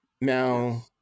Now